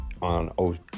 on